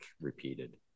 repeated